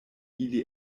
ili